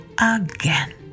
again